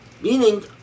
meaning